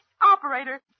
Operator